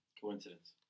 Coincidence